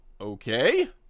okay